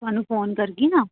तुहानू फोन करगी न